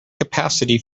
capacity